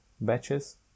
batches